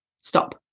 stop